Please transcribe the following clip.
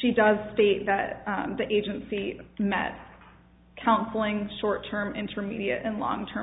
she does state that the agency met counseling short term intermediate and long term